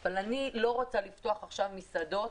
אבל אני לא רוצה לפתוח עכשיו מסעדות